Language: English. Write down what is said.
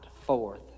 forth